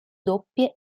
doppie